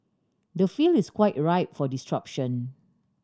the field is quite ripe for disruption